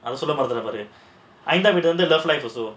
அவன் சொல்வான்ல அந்த மாதிரி:avan solvaanla andha maadhiri love life also